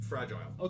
Fragile